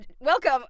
welcome